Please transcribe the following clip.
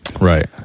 right